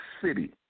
city